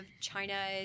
China